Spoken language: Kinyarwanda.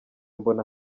mbona